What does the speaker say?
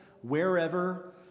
wherever